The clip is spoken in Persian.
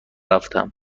هستم